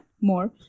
more